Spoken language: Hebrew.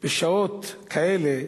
בשעות כאלה,